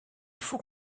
faut